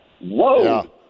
Whoa